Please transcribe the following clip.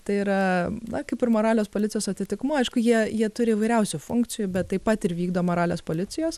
tai yra na kaip ir moralės policijos atitikmuo aišku jie jie turi įvairiausių funkcijų bet taip pat ir vykdo moralės policijos